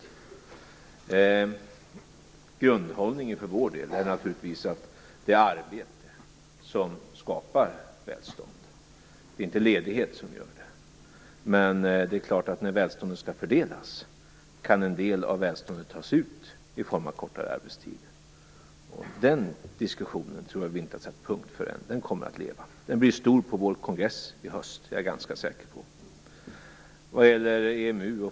Vår grundhållning är naturligtvis att det är arbete som skapar välstånd. Det är inte ledighet som gör det. Men när välståndet skall fördelas, kan en del av välståndet tas ut i form av kortare arbetstid. Jag tror inte att vi har satt punkt för den diskussionen ännu. Den kommer att leva. Den blir stor på vår kongress i höst. Det är jag ganska säker på.